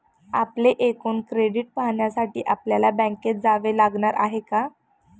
आपले एकूण क्रेडिट पाहण्यासाठी आपल्याला बँकेत जावे लागणार आहे का?